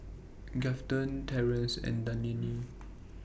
Grafton Terance and Dayne